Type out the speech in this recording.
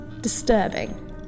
disturbing